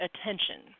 attention